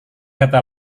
kata